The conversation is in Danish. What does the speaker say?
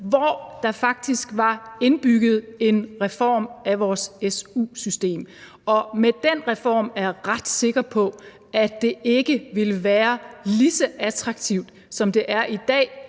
hvor der faktisk var indbygget en reform af vores su-system, og med den reform er jeg ret sikker på at det ikke ville være lige så attraktivt, som det er i dag,